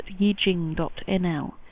yijing.nl